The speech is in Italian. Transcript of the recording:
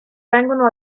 vengono